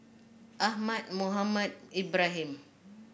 Ahmad Mohamed Ibrahim